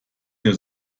mehr